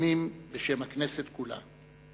תנחומים בשם הכנסת כולה.